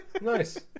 Nice